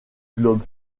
globe